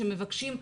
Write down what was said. שמבקשים מזור.